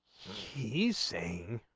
he saying